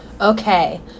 Okay